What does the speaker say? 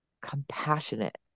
compassionate